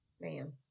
Man